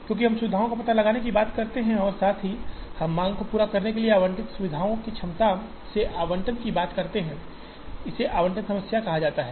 क्योंकि हम सुविधाओं का पता लगाने की बात करते हैं और साथ ही हम मांग को पूरा करने के लिए आवंटित इन सुविधाओं की क्षमता से आवंटन की बात करते हैं इसे आवंटन समस्या कहा जाता है